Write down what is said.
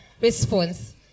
response